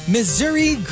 Missouri